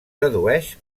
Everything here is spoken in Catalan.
dedueix